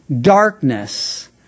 darkness